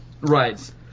Right